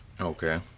Okay